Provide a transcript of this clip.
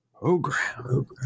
Program